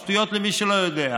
שטויות, שטויות, למי שלא יודע.